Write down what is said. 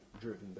driven